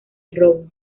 robo